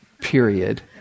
period